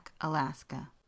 Alaska